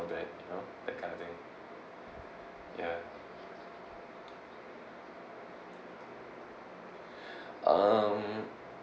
not you know that kind of thing ya um